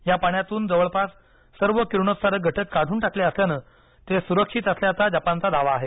या पाण्यातून जवळपास सर्व किरणोत्सरक घटक काढून टाकले असल्यानं ते सुरक्षित असल्याचा जपानचा दावा आहे